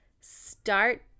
start